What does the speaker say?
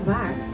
Waar